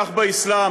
כך באסלאם,